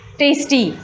tasty